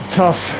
tough